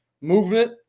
movement